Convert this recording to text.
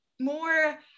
more